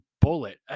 bullet